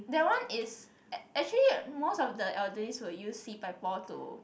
that one is ac~ actually most of the elderlies will use Si-Pai-Por to